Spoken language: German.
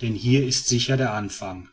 denn hier ist sicher der anfang